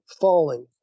falling